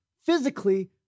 physically